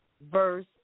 verse